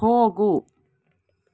ಹೋಗು